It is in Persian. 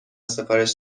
سفارش